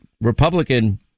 Republican